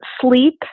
sleep